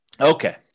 Okay